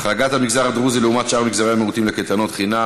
החרגת המגזר הדרוזי לעומת שאר מגזרי המיעוטים לגבי קייטנות חינם,